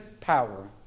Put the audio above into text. power